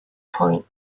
point